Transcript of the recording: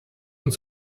und